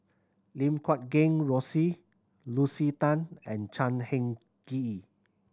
Lim Guat Kheng Rosie Lucy Tan and Chan Heng Chee